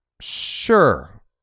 sure